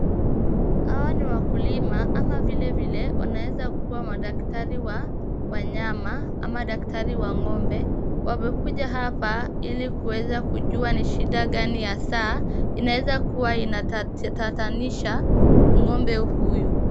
Hawa ni wakulima ama vilevile wanaweza kuwa madaktari wa nyama ama daktari wa ng'ombe. Wamekuja hapa hili kuweza kujua ni shida gani hasa inaeza kuwa inatatanisha ng'ombe huyu.